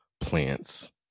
plants